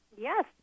Yes